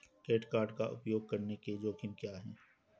Credit card का उपयोग करने के जोखिम क्या हैं?